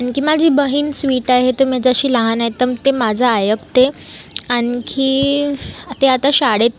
आणखी माझी बहीण स्वीट आहे ते माझ्याशी लहान आहे तर ते माझं ऐकते आणखी ते आता शाळेत